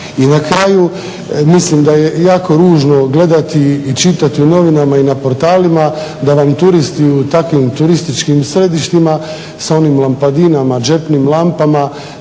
i na kraju mislim da je jako ružno gledati i čitati u novinama i na portalima da vam turisti u takvim turističkim središtima sa onim lampadinama, džepnim lampama